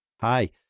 hi